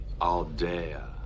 Aldea